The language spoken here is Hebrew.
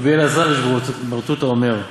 רבי אלעזר איש ברתותא אומר,